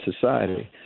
society